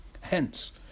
Hence